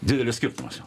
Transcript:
didelis skirtumas jau